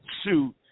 Shoot